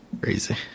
crazy